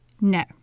no